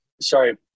Sorry